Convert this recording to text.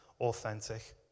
authentic